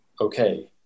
Okay